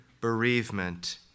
bereavement